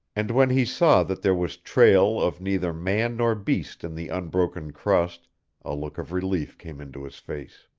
and when he saw that there was trail of neither man nor beast in the unbroken crust a look of relief came into his face.